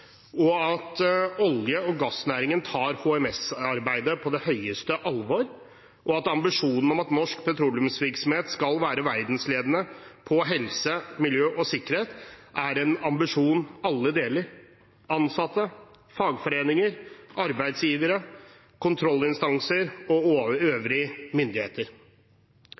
høyt, at olje- og gassnæringen tar HMS-arbeidet på det største alvor, og at ambisjonene om at norsk petroleumsvirksomhet skal være verdensledende på helse, miljø og sikkerhet, er en ambisjon alle deler – ansatte, fagforeninger, arbeidsgivere, kontrollinstanser og øvrige myndigheter.